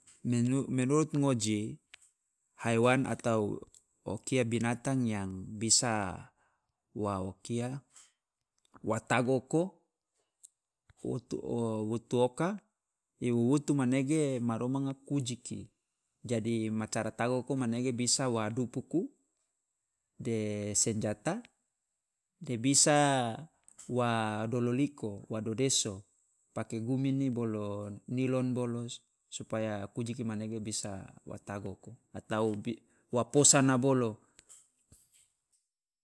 Menu menurut ngoji, haiwan atau o kia binatang yang bisa wa o kia wa tagoko wo wutu oka i wutu manege maromanga kwujiki, jadi ma cara tagoko manageke bisa wa dubuku de senjata de bisa wa dololiko wa dodeso pake gumini bolo nilon bolo supaya kwujiki manege bisa wa tagoko atau bi wa posana bolo.